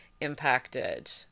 impacted